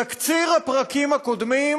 תקציר הפרקים הקודמים,